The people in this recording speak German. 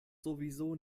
sowieso